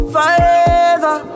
Forever